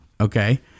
Okay